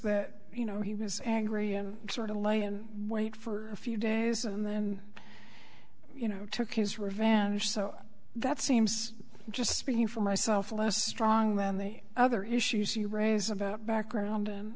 that you know he was angry and sort of lay in wait for a few days and then you know took his revenge so that seems just speaking for myself last stronger than the other issues you raise about background